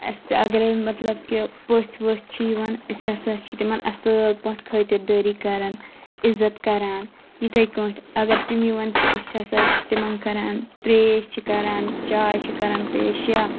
اَسہِ اگرے مطلب کہِ پٔژھۍ ؤژھۍ چھِ یِوان أسۍ ہَسا چھِ تِمَن اَصٕل پٲٹھۍ خٲطِر دٲری کَران عِزَت کَران یِتھٕے پٲٹھۍ اگر تِم یِوان چھِ أسۍ ہَسا چھِ تِمَن کَران ترٛیش چھِ کَران چاے چھِ کَران پیش یا